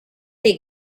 they